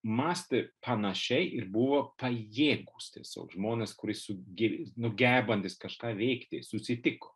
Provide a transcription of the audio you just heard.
mąstė panašiai ir buvo pajėgūs tiesiog žmonės kurie su nu gebantys kažką veikti susitiko